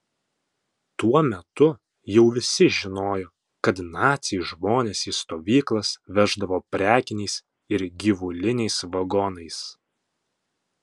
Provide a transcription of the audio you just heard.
tuo metu jau visi žinojo kad naciai žmones į stovyklas veždavo prekiniais ir gyvuliniais vagonais